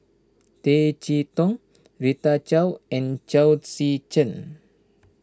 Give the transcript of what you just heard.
Tay Chee Toh Rita Chao and Chao Tzee Cheng